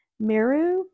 miru